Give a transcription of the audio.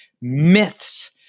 myths